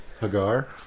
Hagar